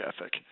ethic